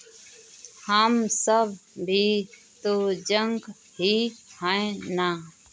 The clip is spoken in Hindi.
हम सब भी तो जंक ही हैं ना